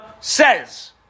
says